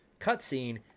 cutscene